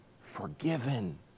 forgiven